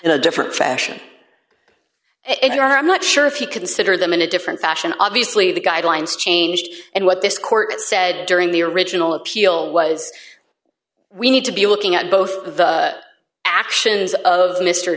in a different fashion if you are i'm not sure if you consider them in a different fashion obviously the guidelines changed and what this court said during the original appeal was we need to be looking at both the actions of mr